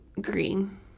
green